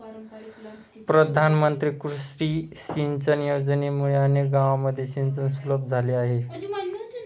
प्रधानमंत्री कृषी सिंचन योजनेमुळे अनेक गावांमध्ये सिंचन सुलभ झाले आहे